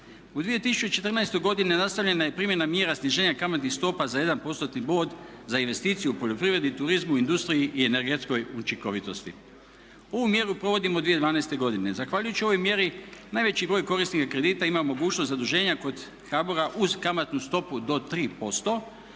U 2014. godini nastavljena je primjena mjera sniženja kamatnih stopa za jedan postotni bod za investiciju u poljoprivredi, turizmu, industriji i energetskoj učinkovitosti. Ovu mjeru provodimo od 2012. godine. Zahvaljujući ovoj mjeri najveći broj korisnika kredita ima mogućnost zaduženja kod HBOR-a uz kamatnu stopu do 3%.